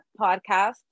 podcast